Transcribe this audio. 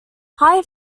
higher